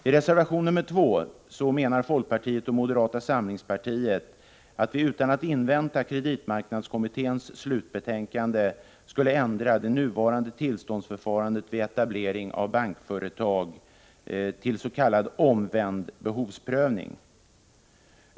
I reservation nr 2 menar folkpartiet och moderata samlingspartiet att vi utan att invänta kreditmarknadskommitténs slutbetänkande skulle ändra det nuvarande tillståndsförfarandet vid etablering av bankföretag till s.k. omvänd behovsprövning.